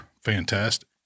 fantastic